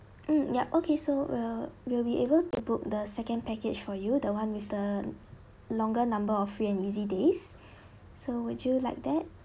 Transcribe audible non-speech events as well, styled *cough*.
mm ya okay so we'll we'll be able to book the second package for you the one with the longer number of free and easy days *breath* so would you like that